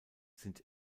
sind